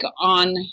on